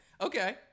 Okay